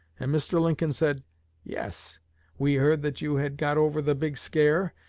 and mr. lincoln said yes we heard that you had got over the big scare,